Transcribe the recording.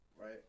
right